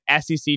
SEC